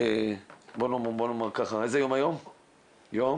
בוא נומר ככה היום יום